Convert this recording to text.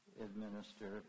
administer